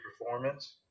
performance